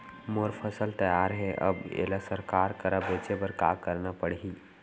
मोर फसल तैयार हे अब येला सरकार करा बेचे बर का करना पड़ही?